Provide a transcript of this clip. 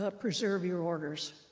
ah preserve your orders?